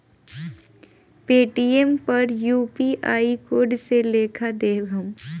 Paytm पर UPI code के लेखा देखम?